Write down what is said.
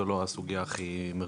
זה לא הסוגייה הכי מרכזית,